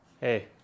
Hey